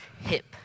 hip